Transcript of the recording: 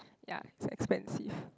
ya is expensive